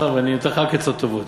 ואני נותן לך רק עצות טובות,